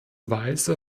weise